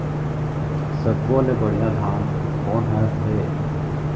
सब्बो ले बढ़िया धान कोन हर हे?